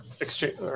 exchange